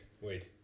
wait